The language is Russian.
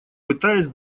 пытаясь